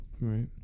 Right